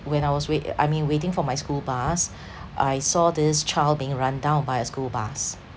when I was wait~ uh I mean waiting for my school bus I saw this child being run down by a school bus